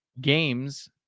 games